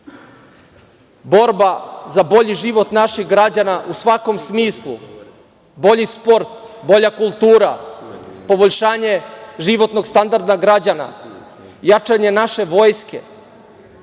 borba za bolji život naših građana u svakom smislu, bolji sport, bolja kultura, poboljšanje životnog standarda građana, jačanje naše vojske.